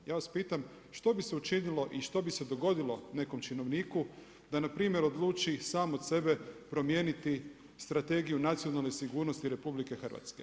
Ja vas pitam, što bi se učinilo i što bi se godilo nekom činovniku da npr. odluči sam od sebe promijeniti Strategiju nacionalne sigurnosti RH.